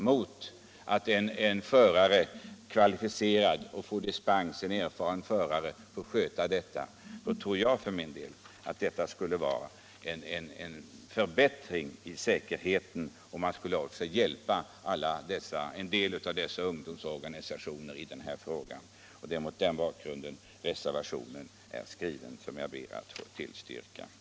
Väger man de risker som är förenade med ett större antal bilar mot risken med att låta en kvalificerad och erfaren förare få dispens att sköta en minibuss tror jag att det skulle vara en förbättring av säkerheten om man tillät det senare alternativet. Man skulle därigenom också hjälpa en del av ungdomsorganisationerna. Det är mot den bakgrunden den reservationen är skriven som jag ber att få yrka bifall till.